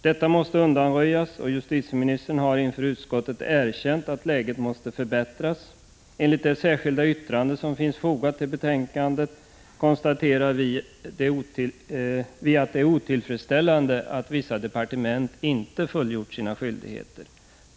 Detta måste undanröjas, och justitieministern har inför utskottet erkänt att läget måste förbättras. Enligt det särskilda yttrande som finns fogat till betänkandet konstaterar vi att det är otillfredsställande att vissa departement inte fullgjort sina skyldigheter.